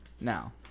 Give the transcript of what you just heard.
Now